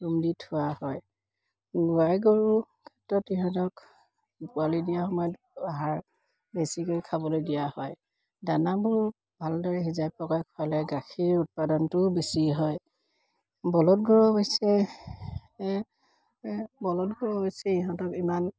room দি থোৱা হয় গাই গৰুৰ ক্ষেত্ৰত ইহঁতক পোৱালি দিয়া সময়ত আহাৰ বেছিকৈ খাবলৈ দিয়া হয় দানাবোৰ ভালদৰে সিজাই পকাই খুৱালেও গাখীৰ উৎপাদনটোও বেছি হয় বলধ গৰু অৱশ্যে বলধ গৰু অৱশ্যে ইহঁতক ইমান